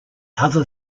other